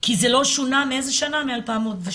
כי זה לא שונה משנת 2012,